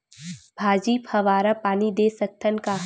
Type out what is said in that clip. भाजी फवारा पानी दे सकथन का?